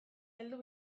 heldu